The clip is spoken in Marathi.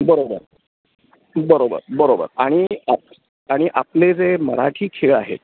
बरोबर बरोबर बरोबर आणि आणि आपले जे मराठी खेळ आहेत